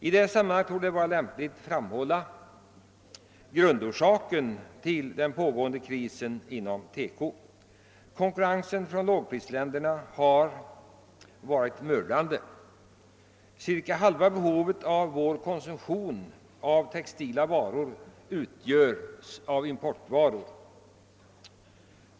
I detta sammanhang torde det vara lämpligt att ange vad som är grundorsaken till den rådande krisen inom TEKO-industrin. Konkurrensen från lågprisländerna har varit mördande. Cirka halva vårt konsumtionsbehov av textila varor utgörs av importvaror.